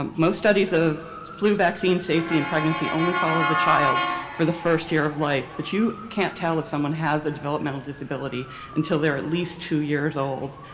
um most studies of flu vaccine safety and pregnancy only follow the child for the first year of life, but you can't tell if someone has a developmental disability until they're at least two years old.